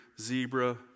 zebra